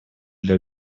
для